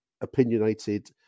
opinionated